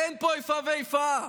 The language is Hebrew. אין פה איפה ואיפה.